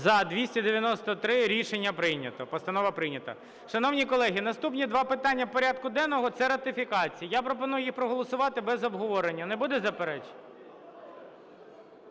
За-293 Рішення прийнято. Постанова прийнята. Шановні колеги, наступні два питання порядку денного – це ратифікації. Я пропоную їх проголосувати без обговорення. Не буде заперечень?